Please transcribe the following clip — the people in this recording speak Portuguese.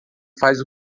faz